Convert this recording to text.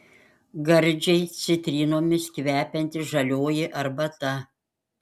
gardžiai citrinomis kvepianti žalioji arbata